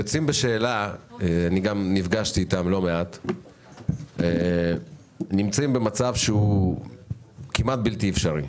יוצאים בשאלה נפגשתי איתם לא מעט - נמצאים במצב שהוא כמעט בלתי אפשרי.